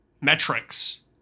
metrics